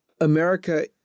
America